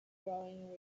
growing